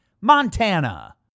Montana